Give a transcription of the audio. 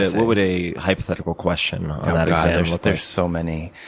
what would a hypothetical question on that there are so many